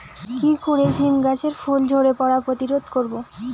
কি করে সীম গাছের ফুল ঝরে পড়া প্রতিরোধ করব?